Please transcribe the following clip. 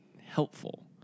helpful